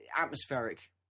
Atmospheric